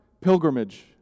Pilgrimage